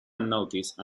unnoticed